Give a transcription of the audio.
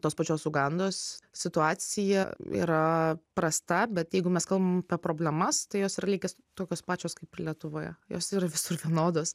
tos pačios ugandos situacija yra prasta bet jeigu mes kalbam apie problemas tai jos yra lygiai tokios pačios kaip ir lietuvoje jos ir visur vienodos